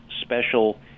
special